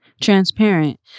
transparent